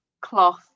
cloth